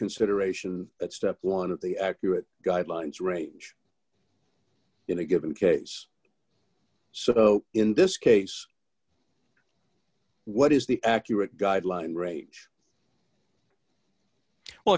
consideration at step one of the accurate guidelines range in a given case so in this case what is the accurate guideline rage well